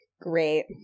Great